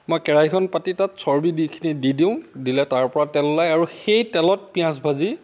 মই কেৰাহীখন পাতি তাত চৰ্বীখিনি দি দিওঁ দিলে তাৰ পৰা তেল ওলাই আৰু সেই তেলত পিঁয়াজ ভাজি